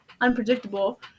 unpredictable